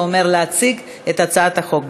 כלומר להציג את הצעת החוק.